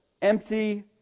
Empty